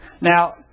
Now